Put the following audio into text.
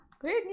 Great